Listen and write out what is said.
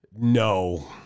No